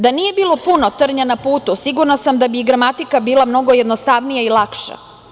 Da nije bilo puno trnja na putu sigurna sam da bi i gramatika bila mnogo jednostavnija i lakša.